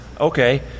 okay